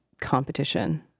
competition